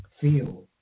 feel